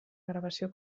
gravació